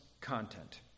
content